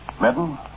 Madden